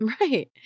Right